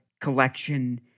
collection